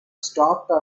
stopped